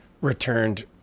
returned